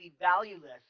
valueless